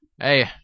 hey